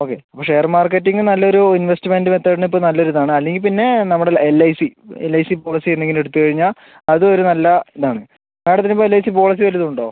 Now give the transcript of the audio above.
okay അപ്പോൾ share marketing നല്ലൊരു investment മെത്തേഡിന് ഇപ്പം നല്ല ഒരു ഇതാണ് അല്ലെങ്കിൽ പിന്നെ നമ്മുടെ L I C I C policy എന്തെങ്കിലും എടുത്ത് കഴിഞ്ഞാൽ അതും ഒരു നല്ല ഇതാണ് മേഡത്തിന് ഇപ്പോൾ ഐ സി പോളിസി വല്ലതും ഉണ്ടോ